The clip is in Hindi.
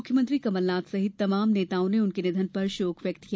मुख्यमंत्री कमलनाथ सहित तमाम नेताओं ने उनके निधन पर शोक व्यक्त किया